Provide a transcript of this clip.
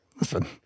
listen